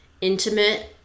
intimate